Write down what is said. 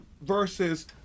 versus